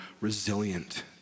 resilient